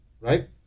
Right